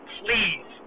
please